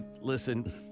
Listen